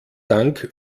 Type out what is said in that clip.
dank